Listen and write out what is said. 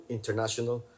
International